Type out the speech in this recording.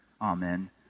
amen